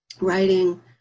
writing